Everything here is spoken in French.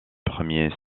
premiers